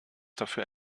dafür